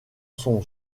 son